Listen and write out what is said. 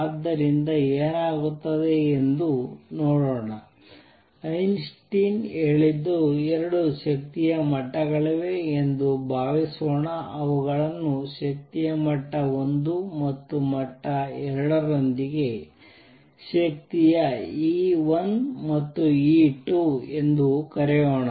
ಆದ್ದರಿಂದ ಏನಾಗುತ್ತದೆ ಎಂದು ನೋಡೋಣ ಐನ್ಸ್ಟೈನ್ ಹೇಳಿದ್ದು 2 ಶಕ್ತಿಯ ಮಟ್ಟಗಳಿವೆ ಎಂದು ಭಾವಿಸೋಣ ಅವುಗಳನ್ನು ಶಕ್ತಿಯ ಮಟ್ಟ 1 ಮತ್ತು ಮಟ್ಟ 2 ರೊಂದಿಗೆ ಶಕ್ತಿಯ E 1 ಮತ್ತು E 2 ಎಂದು ಕರೆಯೋಣ